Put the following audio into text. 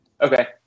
Okay